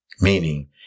Meaning